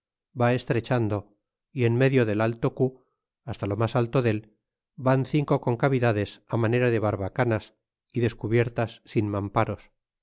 va estrechando y en medio del alto cu hasta lo mas alto dél van cinco concavidades manera de barbacanas y descubiertas sin mamparos